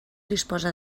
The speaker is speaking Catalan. disposa